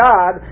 God